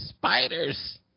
Spiders